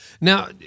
Now